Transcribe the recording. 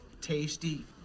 tasty